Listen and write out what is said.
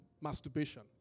masturbation